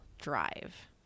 drive